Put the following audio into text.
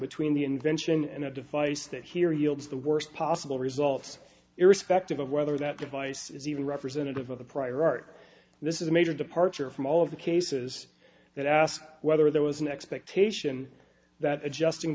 between the invention and a device that here yields the worst possible results irrespective of whether that device is even representative of the prior art this is a major departure from all of the cases that ask whether there was an expectation that adjusting